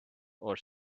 are